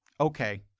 Okay